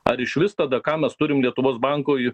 ar išvis tada ką mes turim lietuvos bankui